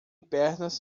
pernas